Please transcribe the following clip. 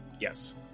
yes